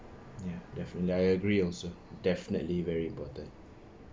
ya def~ I agree also definitely very important